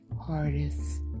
hardest